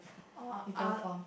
oh ah